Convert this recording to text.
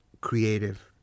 creative